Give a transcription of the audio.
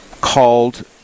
called